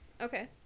Okay